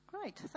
Great